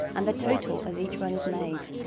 and the total as each run is made.